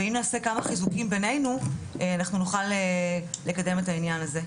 ועם נעשה כמה חיזוקים בינינו אנחנו נוכל לקדם את העניין הזה.